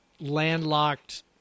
landlocked